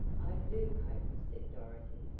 i do hope, said dorothy,